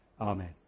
Amen